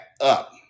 up